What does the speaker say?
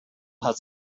has